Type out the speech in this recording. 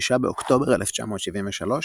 6 באוקטובר 1973,